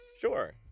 Sure